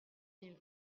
mille